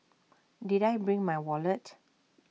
did I bring my wallet